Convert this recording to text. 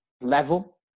level